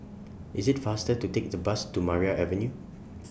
IS IT faster to Take The Bus to Maria Avenue